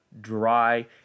dry